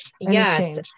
Yes